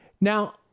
Now